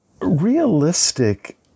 realistic